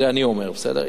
את זה אני אומר, בסדר?